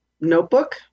notebook